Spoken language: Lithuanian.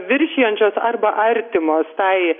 viršijančios arba artimos tai